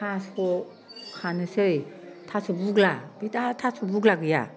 थास' खानोसै थास' बुग्ला बे थास' बुग्ला गैया